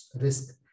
risk